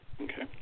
Okay